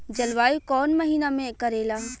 जलवायु कौन महीना में करेला?